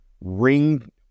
ring